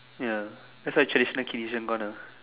ya that's why actually gone ah